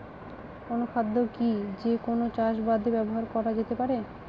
অনুখাদ্য কি যে কোন চাষাবাদে ব্যবহার করা যেতে পারে?